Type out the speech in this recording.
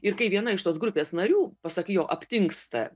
ir kai viena iš tos grupės narių pasak jo aptingsta